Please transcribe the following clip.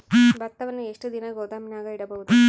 ಭತ್ತವನ್ನು ಎಷ್ಟು ದಿನ ಗೋದಾಮಿನಾಗ ಇಡಬಹುದು?